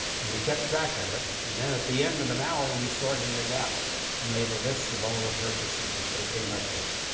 and we kept track of it. and then at the end of an hour, we sorted it out and made a list of all the purposes that they came up with.